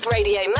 Radio